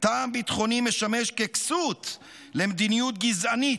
טעם ביטחוני משמש ככסות למדיניות גזענית,